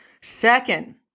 Second